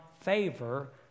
favor